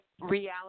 reality